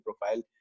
profile